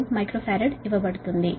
0082 micro farad ఇవ్వబడుతుంది